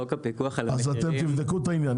אז אתם תבדקו את העניין?